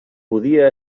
podia